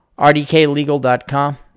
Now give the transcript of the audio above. rdklegal.com